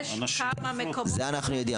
יש כמה מקומות --- זה אנחנו יודעים,